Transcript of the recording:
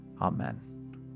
amen